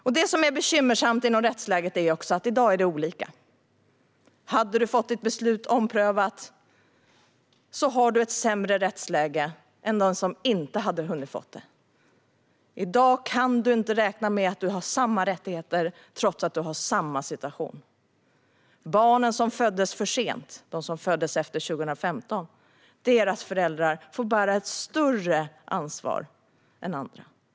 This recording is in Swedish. Det som också är bekymmersamt inom rättsläget är att det i dag är olika. Den som fick sitt beslut omprövat har ett sämre rättsläge än den som inte hann få det. I dag kan man inte räkna med att man har samma rättigheter trots att man har samma situation. Föräldrar till de barn som föddes efter 2015 får ta större ansvar än andra.